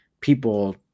people